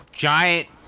giant